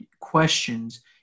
questions